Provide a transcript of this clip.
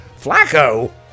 Flacco